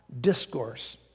discourse